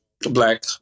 Black